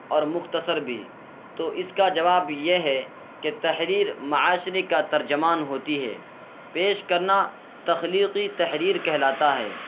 اور مختصر بھی تو اس کا جواب یہ ہے کہ تحریر معاشرے کا ترجمان ہوتی ہے پیش کرنا تخلیقی تحریر کہلاتا ہے